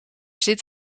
zit